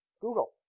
Google